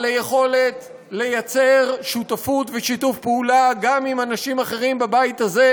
על היכולת לייצר שותפות ושיתוף פעולה גם עם אנשים אחרים בבית הזה,